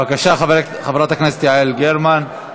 בבקשה, חברת הכנסת יעל גרמן.